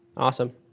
awesome.